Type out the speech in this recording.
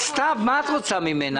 סתיו, מה את רוצה ממנה?